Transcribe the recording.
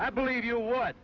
i believe you what